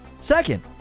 Second